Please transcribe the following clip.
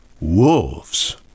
wolves